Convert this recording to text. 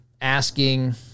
asking